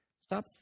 Stop